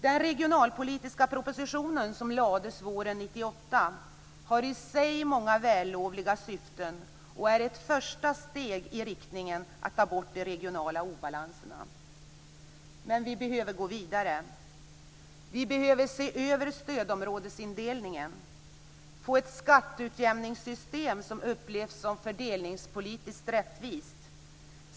Den regionalpolitiska proposition som lades fram våren 1998 har i sig många vällovliga syften och är ett första steg i riktning mot att ta bort de regionala obalanserna. Men vi behöver gå vidare. Vi behöver se över stödområdesindelningen. Vi behöver få ett skatteutjämningssystem som upplevs som fördelningspolitiskt rättvist.